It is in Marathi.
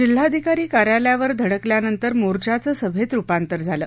जिल्हाधिकारी कार्यालयावर धडकल्यानंतर मोर्चाचं सभेत रुपांतर झालं